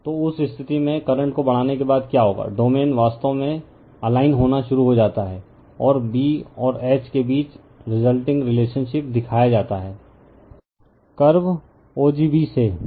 refer slide time 2330 तो उस स्थिति में करंट को बढ़ाने के बाद क्या होगा डोमेन वास्तव में अल्लिग्न होना शुरू हो जाता है और B और H के बीच रिजल्टइंग रिलेशनशिप दिखाया जाता है कर्वे o g b से